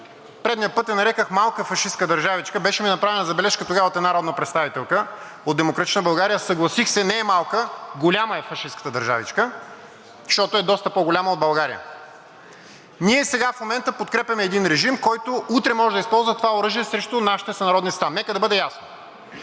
предния път е нарекох малка фашистка държавичка, беше ми направена забележка тогава от една народна представителка от „Демократична България“ – съгласих се, не е малка, голяма е фашистката държавичка, защото е доста по-голяма от България. Ние сега в момента подкрепяме един режим, който утре може да използва това оръжие срещу нашите сънародници там. Нека да бъде ясно